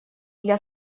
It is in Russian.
для